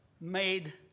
made